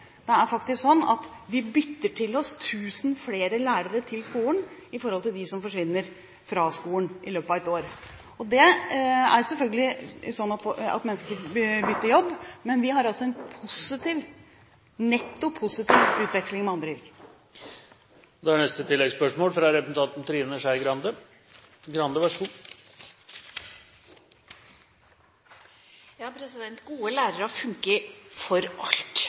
Det er faktisk sånn at vi bytter til oss tusen flere lærere til skolen, i forhold til dem som forsvinner fra skolen i løpet av et år. Det er selvfølgelig sånn at mennesker bytter jobb. Men vi har altså en positiv – netto positiv – utveksling med andre yrker. Trine Skei Grande – til oppfølgingsspørsmål. Gode lærere fungerer for alt. Men 9 000 lærere